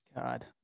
God